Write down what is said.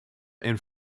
and